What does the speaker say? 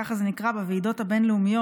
ככה זה נקרא בוועידות הבין-לאומיות,